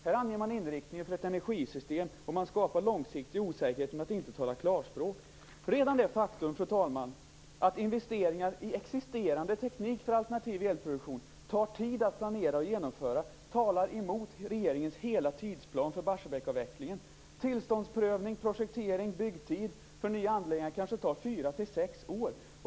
Här anger man inriktningen av ett energisystem, och man skapar långsiktig osäkerhet genom att inte tala klarspråk. Redan det faktum, fru talman, att investeringar i existerande teknik för alternativ elproduktion tar tid att planera och genomföra talar emot regeringens hela tidsplan för Barsebäcksavvecklingen. Tillståndsprövning, projektering och byggtid för en ny anläggning kanske tar 4-6 år.